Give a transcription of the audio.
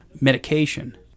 medication